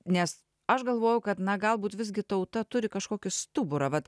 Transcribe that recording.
nes aš galvojau kad na galbūt visgi tauta turi kažkokį stuburą vat